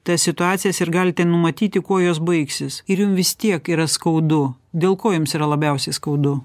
tas situacijas ir galite numatyti kuo jos baigsis ir jum vis tiek yra skaudu dėl ko jums yra labiausiai skaudu